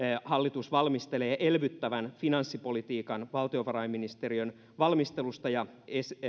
hallitus valmistelee elvyttävän finanssipolitiikan valtiovarainministeriön valmistelusta ja